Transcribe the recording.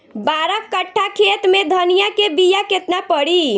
बारह कट्ठाखेत में धनिया के बीया केतना परी?